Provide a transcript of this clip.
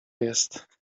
jest